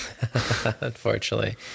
unfortunately